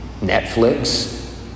Netflix